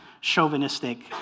chauvinistic